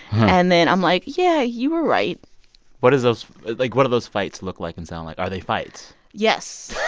and then i'm like, yeah, you were right what is those like, what do those fights look like and sound like? are they fights? yes